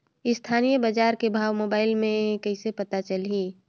स्थानीय बजार के भाव मोबाइल मे कइसे पता चलही?